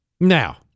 Now